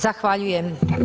Zahvaljujem.